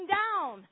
down